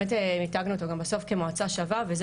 באמת מיתגנו אותו גם בסוף כמועצה שווה וזה